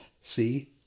See